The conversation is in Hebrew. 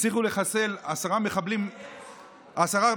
הצליחו לחסל עשרה מחבלים, נבלות,